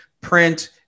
print